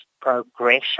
progression